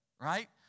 right